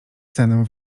cenę